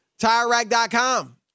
TireRack.com